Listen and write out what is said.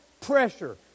pressure